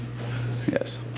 Yes